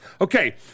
Okay